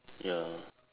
ya